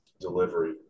delivery